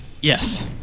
Yes